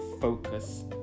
focus